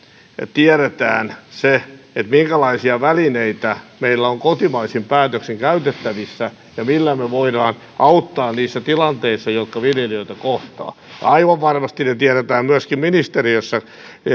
tiedetään se minkälaisia välineitä meillä on kotimaisin päätöksin käytettävissä ja millä me voimme auttaa niissä tilanteissa jotka viljelijöitä kohtaavat aivan varmasti ne tiedetään myöskin ministeriössä